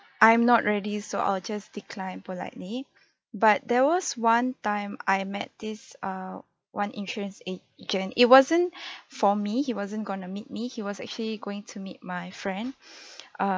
I'm not ready so I'll just decline politely but there was one time I met this uh one insurance agent it wasn't for me he wasn't going to meet me he was actually going to meet my friend uh